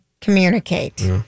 communicate